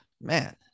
man